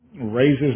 raises